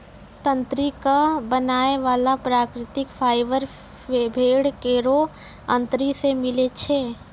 तंत्री क बनाय वाला प्राकृतिक फाइबर भेड़ केरो अतरी सें मिलै छै